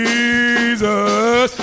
Jesus